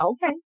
Okay